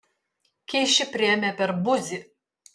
kyšį priėmė per buzį